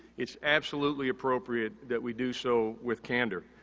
it's absolutely appropriate that we do so with candor.